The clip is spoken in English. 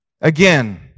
Again